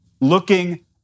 looking